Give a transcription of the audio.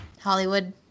Hollywood